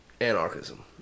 anarchism